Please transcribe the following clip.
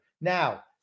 Now